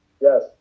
Yes